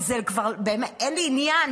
כי אין לי עניין,